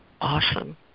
awesome